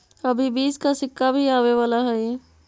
अभी बीस का सिक्का भी आवे वाला हई